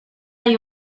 hay